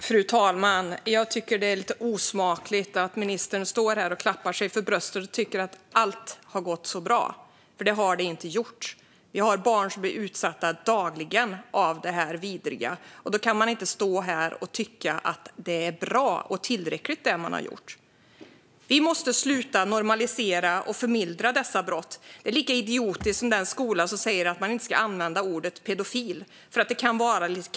Fru talman! Jag tycker att det är lite osmakligt att ministern står här och slår sig för bröstet och tycker att allt har gått så bra. Det har det inte gjort. Vi har barn som blir utsatta dagligen för detta vidriga, och då kan man inte stå här och tycka att det man har gjort är bra och tillräckligt. Vi måste sluta att normalisera och förmildra dessa brott. Det är lika idiotiskt som den skola som säger att man inte ska använda ordet pedofil för att det kan vara kränkande.